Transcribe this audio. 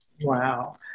Wow